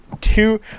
two